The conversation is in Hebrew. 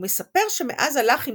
ומספר שמאז הלך עם